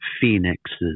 phoenixes